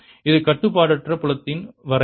இது கட்டுப்பாடற்ற புலத்தின் வரையறை